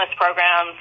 programs